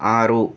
ಆರು